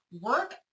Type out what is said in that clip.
work